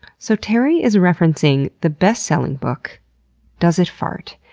so terry is referencing the bestselling book does it fart.